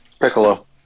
Piccolo